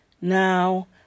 now